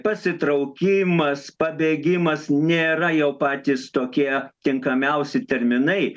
pasitraukimas pabėgimas nėra jau patys tokie tinkamiausi terminai